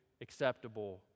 acceptable